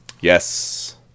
Yes